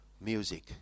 music